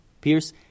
Pierce